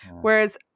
Whereas